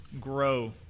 grow